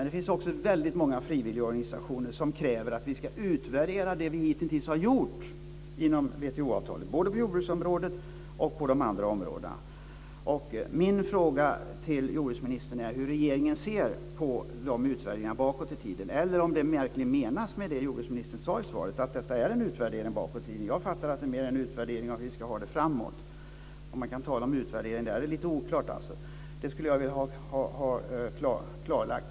Det finns också väldigt många frivilligorganisationer som kräver att man ska utvärdera det som hitintills har gjorts inom WTO-avtalet, både på jordbruksområdet och på andra områden. Min andra fråga till jordbruksministern är hur regeringen ser på dessa utvärderingar. Jordbruksministern sade i svaret att detta är en utvärdering bakåt i tiden. Jag har uppfattat det som en utvärdering av hur vi ska ha det i framtiden, om man kan tala om utvärdering i det sammanhanget. Det hela är lite oklart.